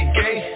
gay